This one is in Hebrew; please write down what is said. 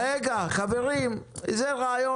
חברים, זה רעיון.